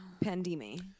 pandemic